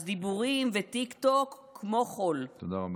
אז דיבורים וטיקטוק כמו חול, תודה רבה.